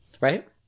right